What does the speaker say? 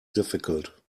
difficult